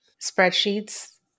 Spreadsheets